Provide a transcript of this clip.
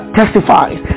testifies